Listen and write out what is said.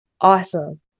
Awesome